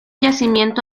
yacimiento